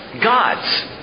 gods